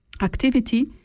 activity